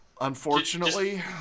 Unfortunately